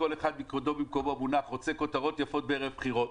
כל אחד כבודו במקומו מונח רוצה כותרות יפות בערב בחירות.